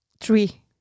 three